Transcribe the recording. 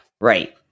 right